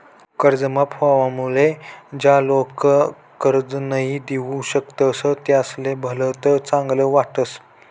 कर्ज माफ व्हवामुळे ज्या लोक कर्ज नई दिऊ शकतस त्यासले भलत चांगल वाटस